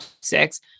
six